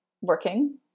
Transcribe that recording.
working